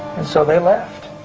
and so they left.